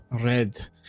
red